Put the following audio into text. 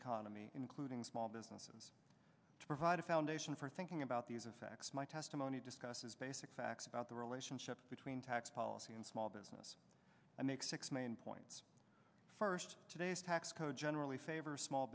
economy including small businesses to provide a foundation for thinking about these effects my testimony discusses basic facts about the relationship between tax policy and small business i make six main points first today's tax code generally favors small